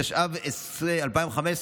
התשע"ו 2015,